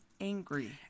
angry